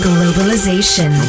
Globalization